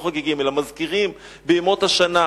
לא חוגגים אלא מזכירים בימות השנה,